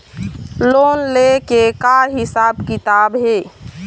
Loan ले के का हिसाब किताब हे?